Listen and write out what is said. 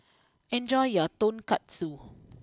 enjoy your Tonkatsu